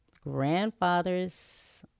grandfather's